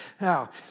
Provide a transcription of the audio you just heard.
Now